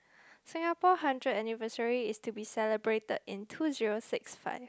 Singapore hundred anniversary is to be celebrated in two zero six five